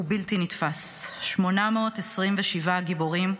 הוא בלתי נתפס: 827 גיבורים,